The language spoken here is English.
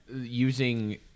using